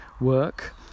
work